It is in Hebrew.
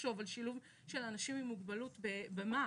שיחשוב על שילוב של אנשים עם מוגבלות במה"ט.